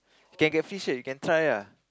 you can get free shirt you can try ah